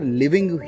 living